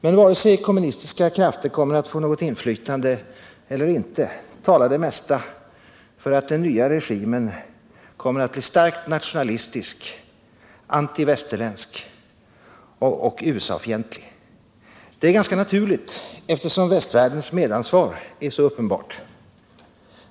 Men oavsett om kommunistiska krafter kommer att få något inflytande eller inte talar det mesta för att den nya regimen kommer att bli starkt nationalistisk, antivästerländsk och USA-fientlig. Det är ganska naturligt, eftersom västvärldens medansvar är så uppenbart.